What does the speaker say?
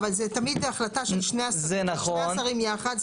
אבל זה תמיד החלטה של שני השרים יחד,